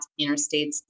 Interstates